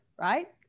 right